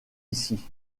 ici